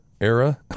era